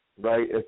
right